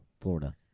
Florida